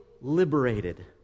liberated